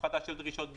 הפחתה של דרישות ביצוע,